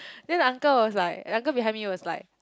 then the uncle was like the uncle behind me was like